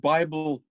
Bible